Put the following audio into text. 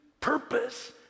purpose